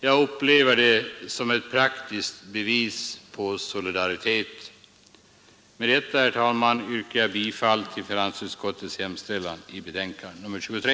Jag upplever det som ett praktiskt bevis på solidaritet. Med detta, herr talman, yrkar jag bifall till finansutskottets hemställan i dess betänkande nr 23.